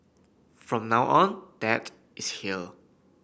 from now on dad is here